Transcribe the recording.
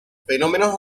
fenómenos